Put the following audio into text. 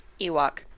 Ewok